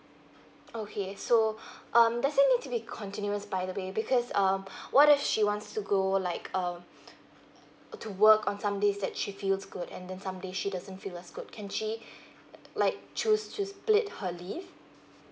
okay so um does it need to be continuous by the bay because um what if she wants to go like um to work on some days that she feels good and then some day she doesn't feel that good can she like choose to split her leave